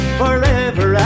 forever